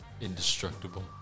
Indestructible